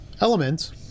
elements